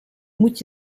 moet